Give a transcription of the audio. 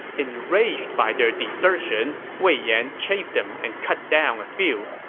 enraged by their desertion, wei yan chased them and cut down a few,